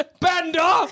bender